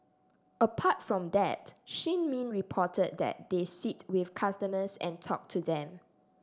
apart from that Shin Min reported that they sit with customers and talk to them